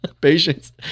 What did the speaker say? Patience